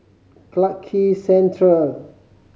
Clarke Quay Central